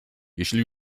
jeśli